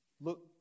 Look